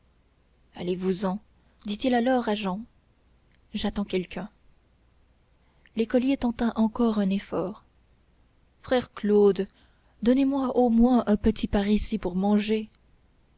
allez-vous-en dit-il alors à jehan j'attends quelqu'un l'écolier tenta encore un effort frère claude donnez-moi au moins un petit parisis pour manger